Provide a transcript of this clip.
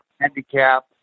handicap